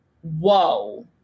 Whoa